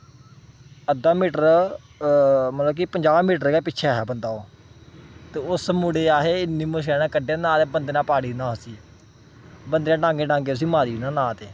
अद्धा मीटर मतलब कि पंजाह् मीटर गै पिच्छै हा बंदा ओह् ते उस मुड़े ई अहें इन्नी मुश्कलै ने कड्ढेआ ना ते बंदे ने पाड़ी ओड़ना हा उसी बंदे ने डांगें डांगे उसी मारी ओड़ना हा नां ते